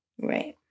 Right